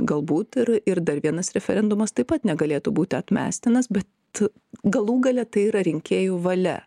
galbūt ir ir dar vienas referendumas taip pat negalėtų būti atmestinas bet galų gale tai yra rinkėjų valia